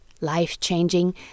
life-changing